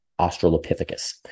Australopithecus